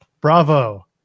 Bravo